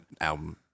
album